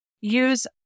use